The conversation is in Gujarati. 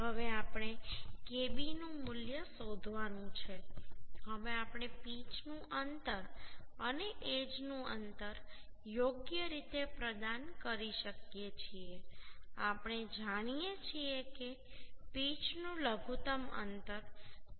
હવે આપણે kb નું મૂલ્ય શોધવાનું છે હવે આપણે પિચનું અંતર અને એજ નું અંતર યોગ્ય રીતે પ્રદાન કરી શકીએ છીએ આપણે જાણીએ છીએ કે પિચનું લઘુત્તમ અંતર 2